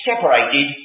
separated